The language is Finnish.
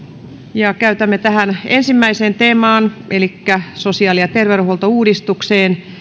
käytämme tähän ensimmäiseen teemaan elikkä sosiaali ja terveydenhuoltouudistukseen